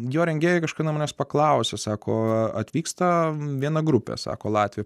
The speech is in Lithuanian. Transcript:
jo rengėjai kažkada manęs paklausė sako atvyksta viena grupė sako latvių